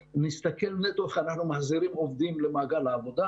ואיך אנחנו מחזירים עובדים למעגל העבודה.